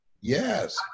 Yes